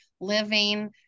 living